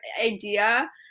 idea